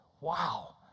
Wow